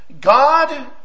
God